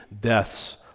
deaths